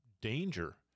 danger